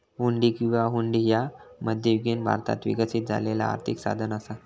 हुंडी किंवा हुंडी ह्या मध्ययुगीन भारतात विकसित झालेला आर्थिक साधन असा